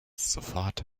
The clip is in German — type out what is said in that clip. sofort